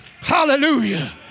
Hallelujah